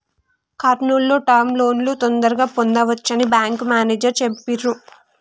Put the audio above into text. కర్నూల్ లో టర్మ్ లోన్లను తొందరగా పొందవచ్చని బ్యేంకు మేనేజరు చెప్పిర్రు